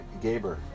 Gaber